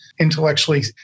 intellectually